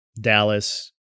Dallas